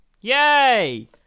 Yay